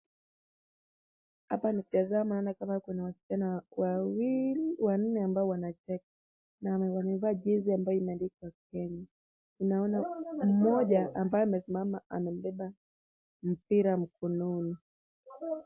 Hapa nikitazama naona kama kuna wasichana wanne ambao wanacheza na wamevaa jezi ambayo imeandikwa Kenya. Naona mmoja ambaye amesimama amebeba mpira mkononi.